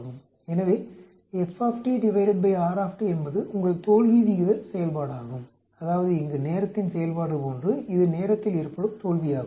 எனவே என்பது உங்கள் தோல்வி விகித செயல்பாடாகும் அதாவது இங்கு நேரத்தின் செயல்பாடு போன்று இது நேரத்தில் ஏற்படும் தோல்வியாகும்